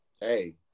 Hey